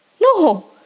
No